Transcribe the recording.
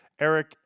Eric